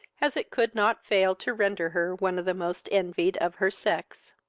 as it could not fail to render her one of the most envied of her sex.